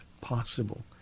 possible